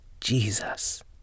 Jesus